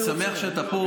אני שמח שאתה פה,